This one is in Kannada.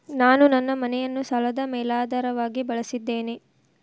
ನಾನು ನನ್ನ ಮನೆಯನ್ನು ಸಾಲದ ಮೇಲಾಧಾರವಾಗಿ ಬಳಸಿದ್ದೇನೆ